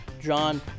John